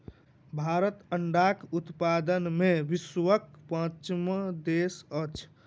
भारत अंडाक उत्पादन मे विश्वक पाँचम देश अछि